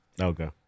Okay